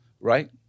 Right